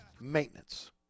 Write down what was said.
Maintenance